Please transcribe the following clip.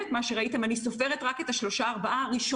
אם קודם בציר Y היו בסביבות 200 נדבקים,